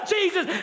Jesus